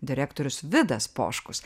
direktorius vidas poškus